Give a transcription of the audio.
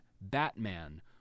Batman